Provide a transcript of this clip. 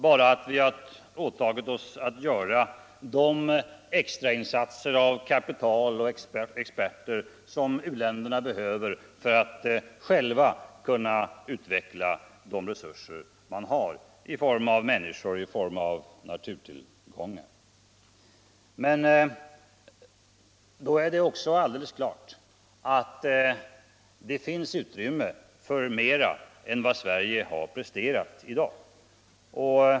Vi har bara åtagit oss att göra en insats med kapital och personal för att u-länderna själva skall kunna utveckla sina resurser i människor och naturtillgångar. Och då är det också alldeles klart att det finns utrymme för mera än vad Sverige har presterat i dag.